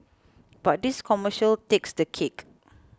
but this commercial takes the cake